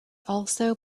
also